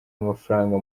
amafaranga